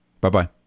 Bye-bye